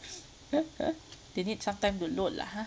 they need some time to load lah !huh!